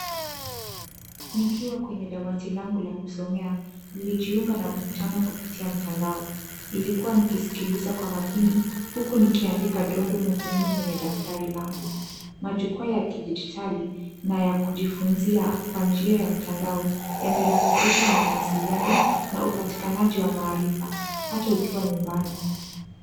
Nikiwa kwenye dawati langu la kusomea, nilijiunga na mkutano kupitia mtandao, nilikua nikiskiliza kwa makini, huku nikiandika dondo muhimu kwenye daftari langu. Majukwaa ya kidijitali, na ya kujifunzia kwa njia ya mtandao, yamerahisisha mawasiliano na upatikanaji wa maarifa, hata ukiwa nyumbani.